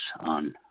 on